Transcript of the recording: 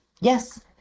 Yes